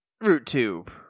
Root-tube